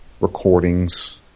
Recordings